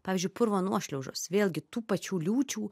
pavyzdžiui purvo nuošliaužos vėlgi tų pačių liūčių